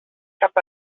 cap